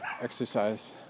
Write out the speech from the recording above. exercise